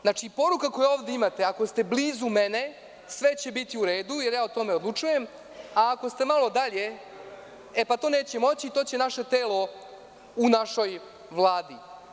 Znači, poruka koju ovde imate je - ako ste blizu mene, sve će biti u redu, jar ja o tome odlučujem, a ako ste malo dalje, e pa to neće moći, to će naše telo u našoj Vladi.